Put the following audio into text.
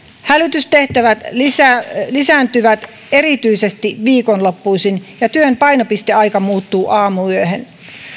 hälytystehtävät lisääntyvät lisääntyvät erityisesti viikonloppuisin ja työn painopisteaika muuttuu aamuyöhön